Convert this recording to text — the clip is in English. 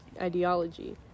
ideology